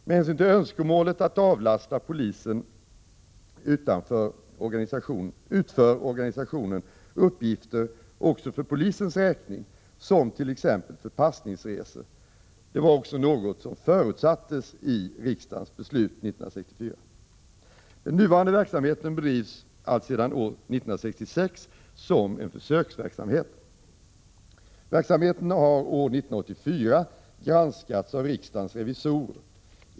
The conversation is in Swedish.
Med hänsyn till önskemålet att avlasta polisen utför organisationen uppgifter även för polisens räkning som t.ex. förpassningsresor, något som också förutsattes i riksdagens beslut 1964. Den nuvarande verksamheten bedrivs alltsedan år 1966 som en försöksverksamhet. Verksamheten har år 1984 granskats av riksdagens revisorer .